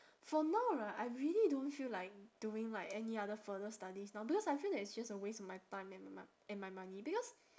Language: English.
for now right I really don't feel like doing like any other further studies now because I feel that it's just a waste of my time and m~ m~ and my money because